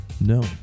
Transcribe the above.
No